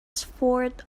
sport